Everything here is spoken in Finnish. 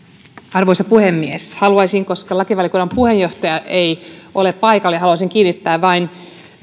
arvoisa puhemies haluaisin koska lakivaliokunnan puheenjohtaja ei ole paikalla vain kiinnittää